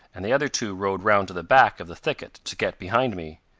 and the other two rode round to the back of the thicket to get behind me.